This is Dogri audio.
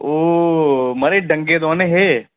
ओ महाराज डंगे दोआने हे